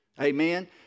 Amen